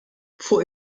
fuq